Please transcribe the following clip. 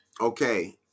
Okay